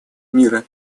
мира